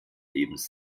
lebens